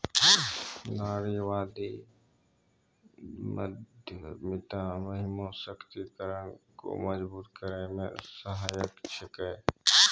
नारीवादी उद्यमिता महिला सशक्तिकरण को मजबूत करै मे सहायक छिकै